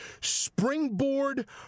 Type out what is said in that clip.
springboard